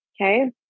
Okay